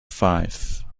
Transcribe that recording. five